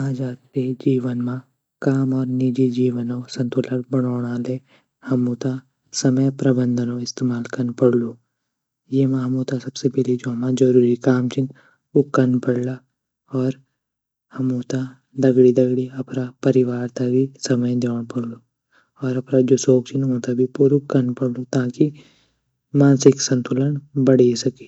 आजा तेज़ जीवन म काम और निजी जीवनो संतुलन बणोणा ले हमू त समय प्रभंधनों इस्तेमाल कन पड़लू येमा हमू त सबसे पैली जू हमा ज़रूरी काम छीन ऊ कन पड़ला और हमू त डगड़ियूँ दगड़ी अपरा परिवार त भी समय दयोंण पड़लू और जू सोक छीन ऊँ त भी पुरु कन पढ़लू ताकि मानसिक संतुलन बड़े सके।